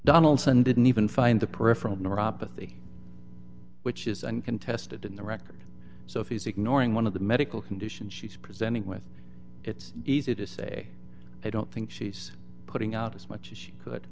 donaldson didn't even find the peripheral neuropathy which is and contested in the record so if she's ignoring one of the medical conditions she's presenting with it's easy to say i don't think she's putting out as much as she could